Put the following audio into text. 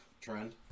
trend